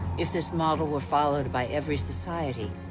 if this model were followed by every society,